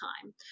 time